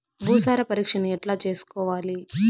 భూసార పరీక్షను ఎట్లా చేసుకోవాలి?